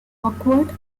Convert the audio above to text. awkward